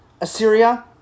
Assyria